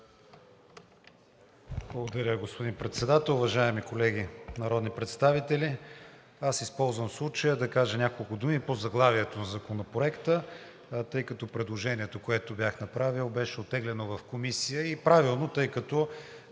Благодаря, господин Председател. Уважаеми колеги народни представители! Използвам случая да кажа няколко думи по заглавието на Законопроекта, тъй като предложението, което бях направил, беше оттеглено в Комисията и правилно, тъй като